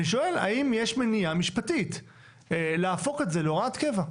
אני שואל האם יש מניעה משפטית להפוך את זה להוראת קבע,